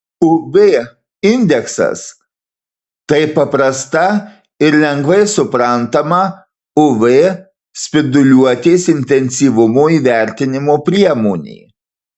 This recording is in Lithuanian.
uv indeksas tai paprasta ir lengvai suprantama uv spinduliuotės intensyvumo įvertinimo priemonė